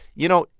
you know,